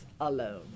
alone